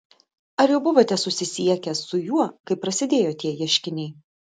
ar jau buvote susisiekęs su juo kai prasidėjo tie ieškiniai